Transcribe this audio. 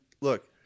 look